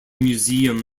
museum